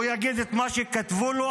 הוא יגיד את מה שכתבו לו,